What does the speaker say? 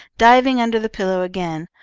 diving under the pillow again.